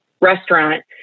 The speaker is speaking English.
restaurant